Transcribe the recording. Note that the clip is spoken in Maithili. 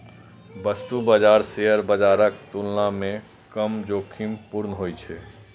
वस्तु बाजार शेयर बाजारक तुलना मे कम जोखिमपूर्ण होइ छै